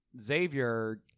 Xavier